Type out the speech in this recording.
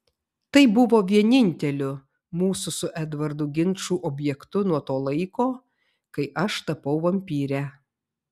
tai buvo vieninteliu mūsų su edvardu ginčų objektu nuo to laiko kai aš tapau vampyre